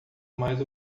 mais